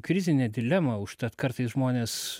krizinė dilema užtat kartais žmonės